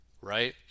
Right